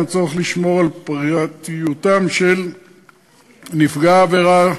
הצורך לשמור על פרטיותם של נפגע העבירה,